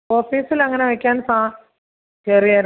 ഓഫീസിലങ്ങനെ വെക്കാൻ സാ കേറിയായിരുന്നോ